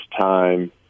time